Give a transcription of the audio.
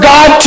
God